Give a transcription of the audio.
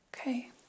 Okay